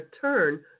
turn